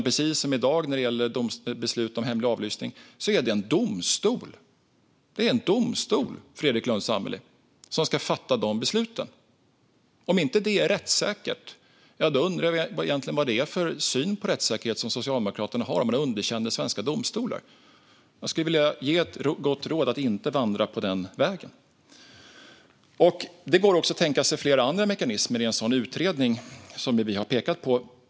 Precis som det är i dag när det gäller beslut om hemlig avlyssning är det en domstol, Fredrik Lundh Sammeli, som ska fatta de besluten. Jag undrar vad det är för syn på rättssäkerhet som Socialdemokraterna har om man underkänner svenska domstolar. Jag skulle vilja ge ett gott råd: Vandra inte på den vägen! Det går också att tänka sig flera andra mekanismer i en sådan utredning som vi har pekat på.